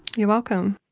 you're welcome.